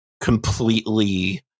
completely